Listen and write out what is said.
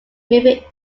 moving